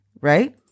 Right